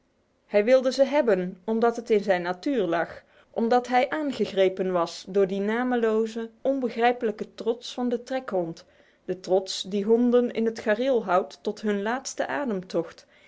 hij wilde ze hebben omdat het in zijn natuur lag omdat hij aangegrepen was door die nameloze onbegrijpelijke trots van de trekhond de trots die honden in het gareel houdt tot hun laatste